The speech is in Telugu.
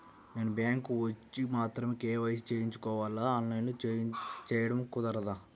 నేను బ్యాంక్ వచ్చి మాత్రమే కే.వై.సి చేయించుకోవాలా? ఆన్లైన్లో చేయటం కుదరదా?